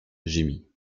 gémit